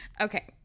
Okay